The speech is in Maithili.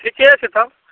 ठीके छै तब